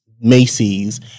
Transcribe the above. Macy's